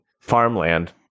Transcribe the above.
farmland